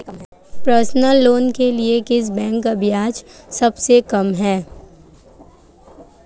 Personal loan के लिए किस बैंक का ब्याज सबसे कम है?